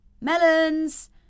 Melons